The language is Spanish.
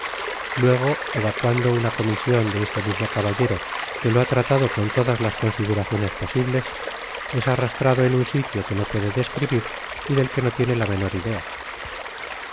luego evacuando una comision de este mismo carrilero que lo ha tratado con todas las consideraciones posibles es arrastrado en un sitio que no puede describir y del que no tiene la menor idea